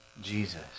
Jesus